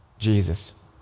Jesus